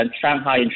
Shanghai